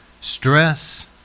stress